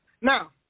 Now